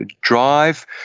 drive